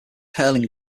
hurling